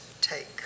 take